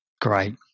great